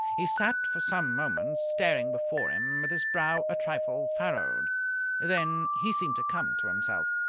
he sat for some moments staring before him with his brow a trifle furrowed then he seemed to come to himself.